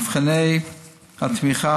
מבחני התמיכה,